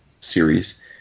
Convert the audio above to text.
series